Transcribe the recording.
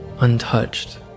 untouched